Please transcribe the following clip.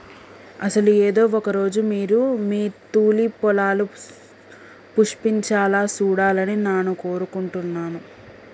అసలు ఏదో ఒక రోజు మీరు మీ తూలిప్ పొలాలు పుష్పించాలా సూడాలని నాను కోరుకుంటున్నాను